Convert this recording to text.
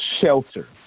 shelter